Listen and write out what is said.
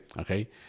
Okay